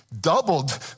doubled